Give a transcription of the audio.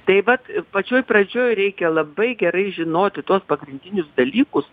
tai vat pačioj pradžioj reikia labai gerai žinoti tuos pagrindinius dalykus